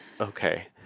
okay